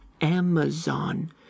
Amazon